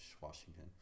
Washington